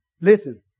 Listen